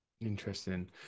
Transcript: Interesting